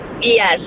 Yes